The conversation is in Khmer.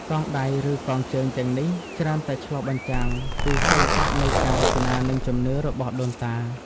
កងដៃឬកងជើងទាំងនេះច្រើនតែឆ្លុះបញ្ចាំងពី សិល្បៈនៃការរចនា និង ជំនឿ របស់ដូនតា។